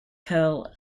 curl